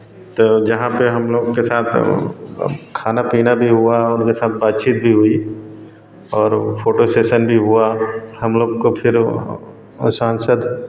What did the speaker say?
तो जहाँ पर हम लोगों के साथ खाना पीना भी हुआ और उनके साथ बात चीत भी हुई और फोटो सेसन भी हुआ हम लोग को फिर सांसद